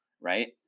right